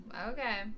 okay